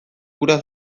gura